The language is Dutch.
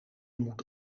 moet